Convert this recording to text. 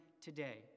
today